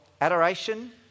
adoration